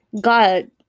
God